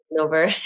over